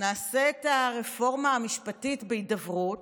נעשה את הרפורמה המשפטית בהידברות,